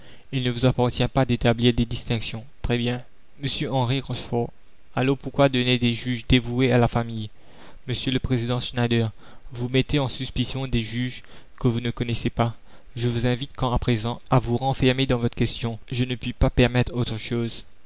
il ne vous appartient pas d'établir des distinctions très bien m henri rochefort alors pourquoi donner des juges dévoués à la famille m le président schneider vous mettez en suspicion des juges que vous ne connaissez pas je vous invite quant à présent à vous renfermer dans votre question je ne puis pas permettre autre chose